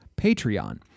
Patreon